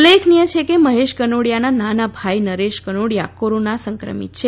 ઉલ્લેખનીય છે કે મહેશ કનોડીયાના નાના ભાઈ નરેશ કનોડીયા કોરોના સંક્રમીત છે